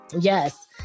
yes